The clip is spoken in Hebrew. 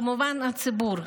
כמובן, הציבור.